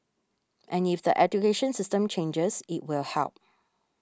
and if the education system changes it will help